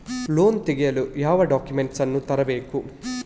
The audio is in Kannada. ಲೋನ್ ತೆಗೆಯಲು ಯಾವ ಡಾಕ್ಯುಮೆಂಟ್ಸ್ ಅನ್ನು ತರಬೇಕು?